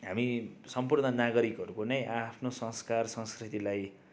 हामी सम्पूर्ण नागरिकहरूको नै आआफ्नो संस्कार संस्कृतिलाई